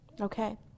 Okay